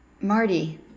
Marty